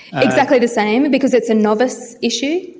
exactly the same because it's a novice issue,